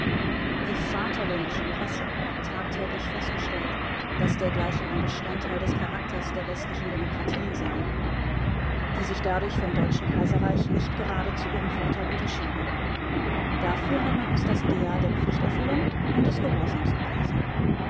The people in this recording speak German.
die vaterländische presse hat tagtäglich festgestellt daß dergleichen ein bestandteil des charakters der westlichen demokratien sei die sich dadurch vom deutschen kaiserreich nicht gerade zu ihrem vorteil unterschieden dafür hat man uns das ideal der pflichterfüllung und des gehorsams gepriesen